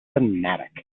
fanatic